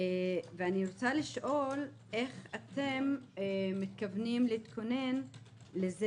אני רוצה לשאול איך אתם מתכוונים להתכונן לכך